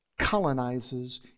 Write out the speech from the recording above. colonizes